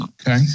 Okay